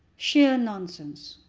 sheer nonsense.